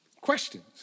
questions